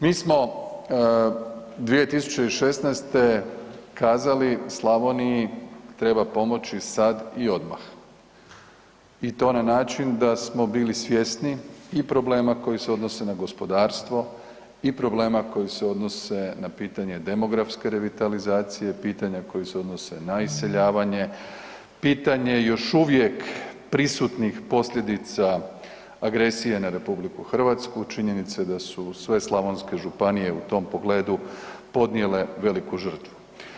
Mi smo 2016. kazali Slavoniji treba pomoći sad i odmah i to na način da smo bili svjesni i problema koji se odnose na gospodarstvo i problema koji se odnose na pitanje demografske revitalizacije, pitanja koji se odnose na iseljavanje, pitanje još uvijek prisutnih posljedica agresije na RH, činjenice da su sve slavonske županije u tom pogledu podnijele veliku žrtvu.